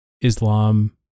islam